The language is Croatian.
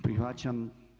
Prihvaćam.